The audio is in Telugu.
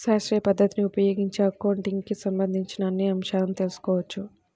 శాస్త్రీయ పద్ధతిని ఉపయోగించి అకౌంటింగ్ కి సంబంధించిన అన్ని అంశాలను తెల్సుకోవచ్చు